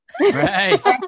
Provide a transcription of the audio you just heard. right